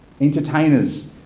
entertainers